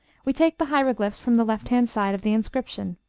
we take the hieroglyphs from the left-hand side of the inscription.